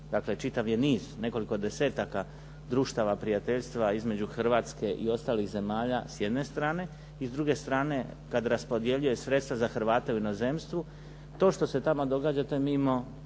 Dakle, čitav je niz nekoliko desetaka društava prijateljstva između Hrvatske i ostalih zemalja s jedne strane i s druge strane kad raspodjeljuje sredstva za Hrvate u inozemstvu to što se tamo događa to